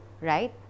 right